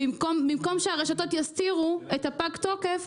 במקום שהרשתות יסתירו את הפג תוקף,